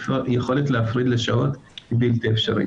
היכולת להפריד לשעות היא בלתי אפשרית.